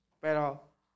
pero